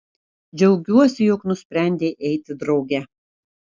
džiaugiuosi jog nusprendei eiti drauge